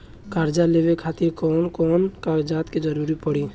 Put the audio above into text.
कर्जा लेवे खातिर कौन कौन कागज के जरूरी पड़ी?